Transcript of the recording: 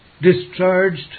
discharged